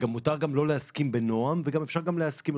מותר לא להסכים בנועם וגם אפשר להסכים,